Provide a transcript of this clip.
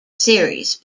series